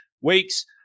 weeks